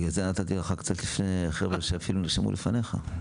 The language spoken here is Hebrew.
בגלל זה נתתי לך קצת לפני החבר'ה שאפילו נרשמו לפניך.